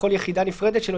בכל יחידה נפרדת שלו,